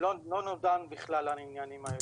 לא נדונו בכלל העניינים האלה.